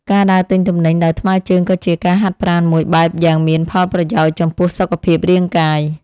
ការដើរទិញទំនិញដោយថ្មើរជើងក៏ជាការហាត់ប្រាណមួយបែបយ៉ាងមានផលប្រយោជន៍ចំពោះសុខភាពរាងកាយ។